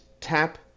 tap